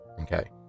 Okay